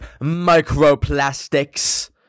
microplastics